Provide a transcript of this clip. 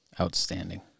Outstanding